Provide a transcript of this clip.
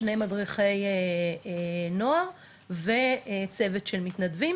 שני מדריכי נוער וצוות של מתנדבים,